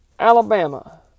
Alabama